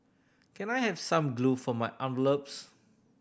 can I have some glue for my envelopes